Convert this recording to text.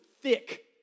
thick